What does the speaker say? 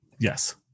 Yes